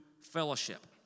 fellowship